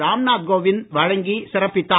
ராம்நாத் கோவிந்த் வழங்கி சிறப்பித்தார்